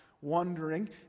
wondering